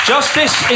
Justice